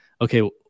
okay